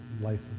life